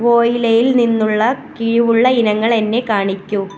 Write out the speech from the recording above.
വോയിലയിൽ നിന്നുള്ള കിഴിവുള്ള ഇനങ്ങൾ എന്നെ കാണിക്കൂ